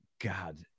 God